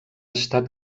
estat